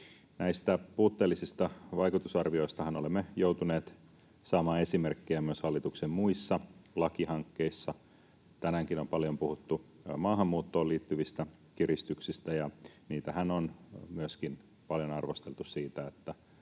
Näistä puutteellisista vaikutusarvioistahan olemme joutuneet saamaan esimerkkejä myös hallituksen muissa lakihankkeissa. Tänäänkin on paljon puhuttu maahanmuuttoon liittyvistä kiristyksistä. Myös niitä on paljon arvosteltu siitä,